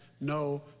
no